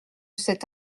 cet